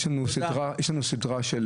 יש לנו סדרה של